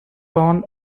born